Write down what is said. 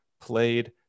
played